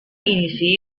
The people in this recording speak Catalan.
iniciï